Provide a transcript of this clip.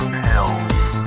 pills